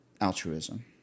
Altruism